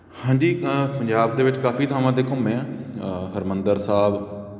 ਹਾਂਜੀ ਪੰਜਾਬ ਦੇ ਵਿੱਚ ਕਾਫੀ ਥਾਵਾਂ 'ਤੇ ਘੁੰਮੇ ਹਾਂ ਹਰਿਮੰਦਰ ਸਾਹਿਬ